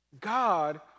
God